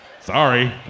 Sorry